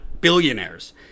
billionaires